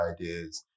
ideas